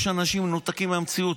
יש אנשים מנותקים מהמציאות,